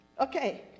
Okay